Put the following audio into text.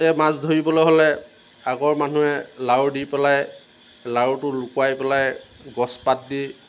মাছ ধৰিবলৈ হ'লে আগৰ মানুহে লাড়ু দি পেলাই লাড়ুটো লুকুৱাই পেলাই গছ পাত দি